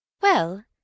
Well